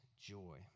joy